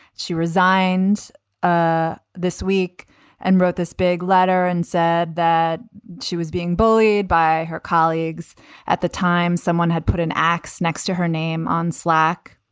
she resigned ah this week and wrote this big letter and said that she was being bullied by her colleagues at the time. someone had put an ax next to her name on slack,